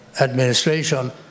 administration